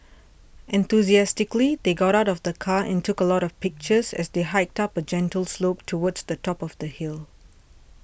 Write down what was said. enthusiastically they got out of the car and took a lot of pictures as they hiked up a gentle slope towards the top of the hill